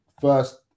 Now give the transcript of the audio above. first